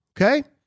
Okay